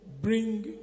bring